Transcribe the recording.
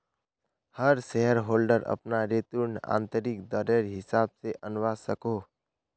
हर shareholder अपना return आंतरिक दरर हिसाब से आंनवा सकोह